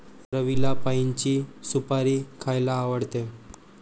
रवीला पाइनची सुपारी खायला आवडते